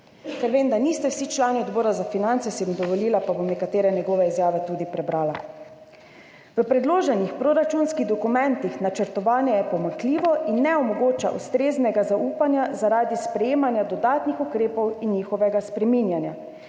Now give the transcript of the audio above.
Ker vem, da niste vsi člani Odbora za finance, si bom dovolila in bom nekatere njegove izjave tudi prebrala: »V predloženih proračunskih dokumentih je načrtovanje pomanjkljivo in ne omogoča ustreznega zaupanja zaradi sprejemanja dodatnih ukrepov in njihovega spreminjanja.